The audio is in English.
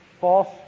false